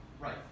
right